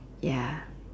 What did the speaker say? ya